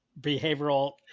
behavioral